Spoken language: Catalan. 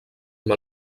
amb